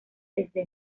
desde